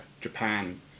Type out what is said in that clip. Japan